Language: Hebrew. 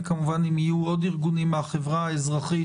וכמובן ככל שיהיו נציגים נוספים של ארגונים מן החברה האזרחית